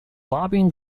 lobbying